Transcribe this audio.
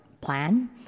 plan